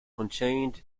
contained